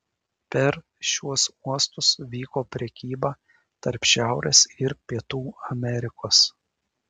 per šiuos uostus vyko prekyba tarp šiaurės ir pietų amerikos